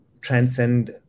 transcend